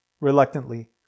Reluctantly